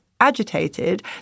agitated